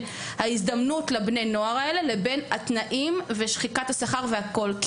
ההזדמנות לבני הנוער לבין התנאים ושחיקת השכר והכול.